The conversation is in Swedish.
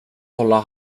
hålla